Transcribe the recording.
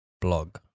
blog